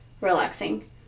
relaxing